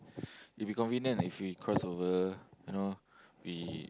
it will be convenient if we crossover you know we